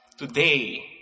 Today